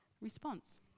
response